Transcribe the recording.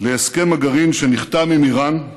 להסכם הגרעין שנחתם עם איראן,